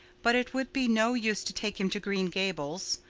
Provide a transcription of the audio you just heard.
but it would be no use to take him to green gables.